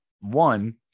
one